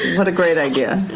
what a great idea.